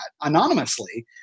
anonymously